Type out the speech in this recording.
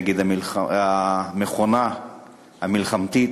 נגד המכונה המלחמתית